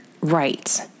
Right